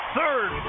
third